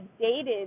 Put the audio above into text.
dated